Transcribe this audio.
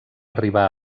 arribar